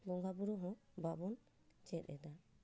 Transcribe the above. ᱵᱚᱸᱜᱟ ᱵᱩᱨᱩᱦᱚᱸ ᱵᱟᱵᱚᱱ ᱪᱮᱫ ᱮᱫᱟ